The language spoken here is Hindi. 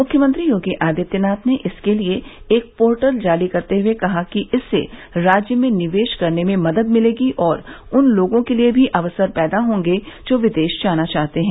मुख्यमंत्री योगी आदित्यनाथ ने इसके लिए एक पोर्टल जारी करते हुए कहा कि इससे राज्य में निवेश करने में मदद मिलेगी और उन लोगों के लिए भी अवसर पैदा होंगे जो विदेश जाना चाहते हैं